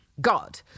God